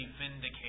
vindicated